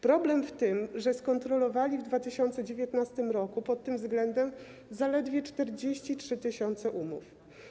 Problem polega na tym, że skontrolowali w 2019 r. pod tym względem zaledwie 43 tys. umów.